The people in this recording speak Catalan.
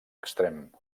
extrem